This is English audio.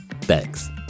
thanks